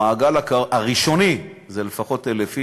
במעגל הראשוני זה לפחות 1,000 איש,